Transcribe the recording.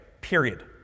Period